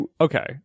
okay